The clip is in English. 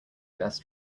best